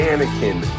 Anakin